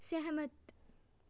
ਸਹਿਮਤ